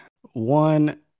one